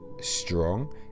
strong